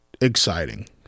Exciting